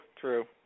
true